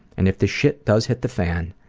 and if the shit does hit the fan,